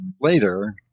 later